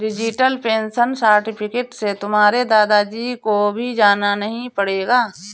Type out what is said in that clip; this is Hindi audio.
डिजिटल पेंशन सर्टिफिकेट से तुम्हारे दादा जी को भी जाना नहीं पड़ेगा